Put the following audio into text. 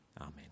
Amen